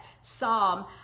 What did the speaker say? Psalm